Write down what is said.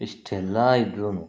ಇಷ್ಟೆಲ್ಲ ಇದ್ರೂ